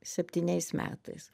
septyniais metais